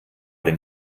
dem